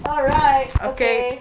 alright okay